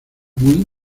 muy